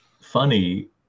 funny